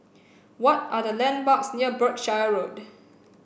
what are the landmarks near Berkshire Road